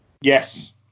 yes